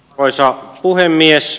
arvoisa puhemies